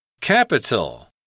Capital